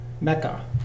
Mecca